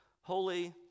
holy